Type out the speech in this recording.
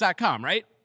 right